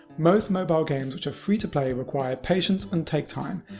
most mobile games which are free to play require patience and take time.